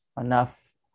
enough